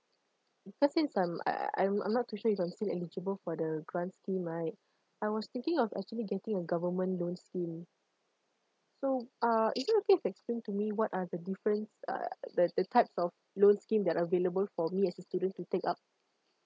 because since I'm uh I'm I'm not too sure if I'm still eligible for the grant scheme right I was thinking of actually getting a government loan scheme so uh is it okay to explain to me what are the difference uh the the types of loan scheme that available for me as a student to take up